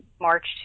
March